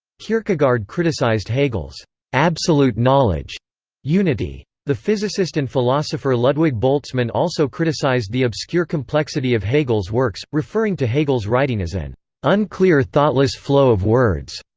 kierkegaard criticized hegel's absolute knowledge unity. the physicist and philosopher ludwig boltzmann also criticized the obscure complexity of hegel's works, referring to hegel's writing as an unclear thoughtless flow of words.